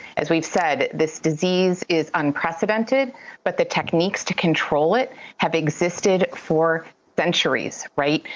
as we've said, this disease is unprecedented but the techniques to control it have existed for centuries, right?